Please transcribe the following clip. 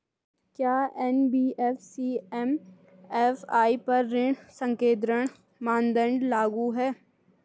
क्या NBFC MFI पर ऋण संकेन्द्रण मानदंड लागू हैं?